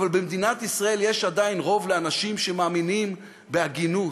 אבל במדינת ישראל יש עדיין רוב לאנשים שמאמינים בהגינות